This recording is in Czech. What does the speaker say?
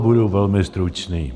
Budu velmi stručný.